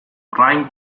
trying